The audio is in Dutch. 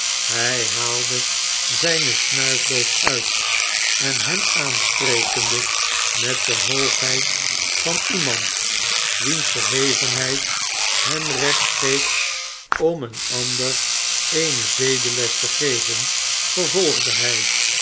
hij haalde zijne snuifdoos uit en hem aansprekende met de hoogheid van iemand wiens verhevenheid hem recht geeft om een ander eene fcedeles te geven vervolgde hij